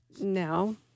no